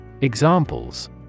Examples